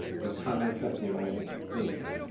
the congress of the united states,